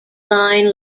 line